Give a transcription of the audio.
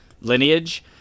lineage